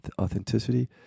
authenticity